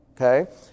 okay